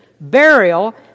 burial